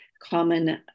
Common